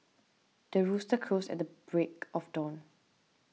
the rooster crows at the break of dawn